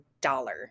dollar